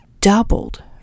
doubled